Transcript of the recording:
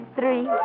Three